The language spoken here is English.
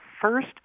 first